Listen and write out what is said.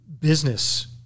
business